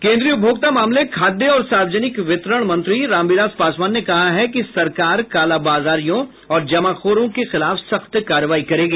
केंद्रीय उपभोक्ता मामले खाद्य और सार्वजनिक वितरण मंत्री रामविलास पासवान ने कहा है कि सरकार कालाबाजारियों और जमाखोरों के खिलाफ सख्त कार्रवाई करेगी